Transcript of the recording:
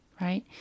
right